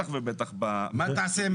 מה תעשה עם